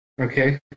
okay